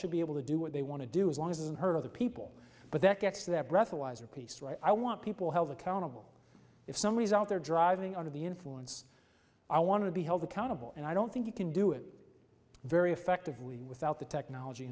should be able to do what they want to do as long as isn't hurt other people but that gets that breathalyzer piece right i want people held accountable if some result they're driving under the influence i want to be held accountable and i don't think you can do it very effectively without the technology